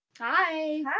Hi